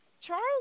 Charles